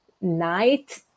night